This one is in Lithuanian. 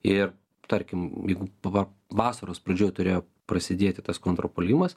ir tarkim jeigu pava vasaros pradžioj turėjo prasidėti tas kontrpuolimas